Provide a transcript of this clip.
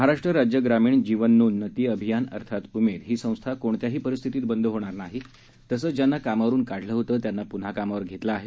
महाराष्ट्र राज्य ग्रामीण जीवनोन्नती अभियान अर्थात उमेद ही संस्था कोणत्याही परिस्थितीत बंद होणार नाही तसंच ज्यांना कामावरुन काढलं होतं त्यांना पुन्हा कामावर घेतलं आहे